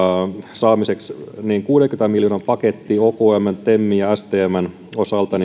saamiseksi niin kyllä minä sanoisin että se kuudenkymmenen miljoonan paketti okmn temin ja stmn osalta